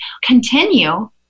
Continue